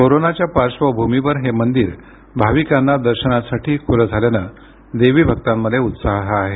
कोरोनाच्या पार्श्वभूमीवर हे मंदिर भाविकांना दर्शनासाठी खुलं झाल्याने देवी भक्तांमध्ये उत्साह आहे